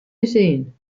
geschehen